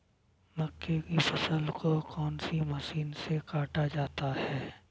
मक्के की फसल को कौन सी मशीन से काटा जाता है?